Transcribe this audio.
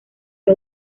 los